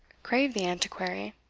craved the antiquary.